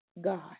God